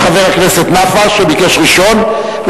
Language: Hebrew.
יש חבר הכנסת נפאע שביקש ראשון,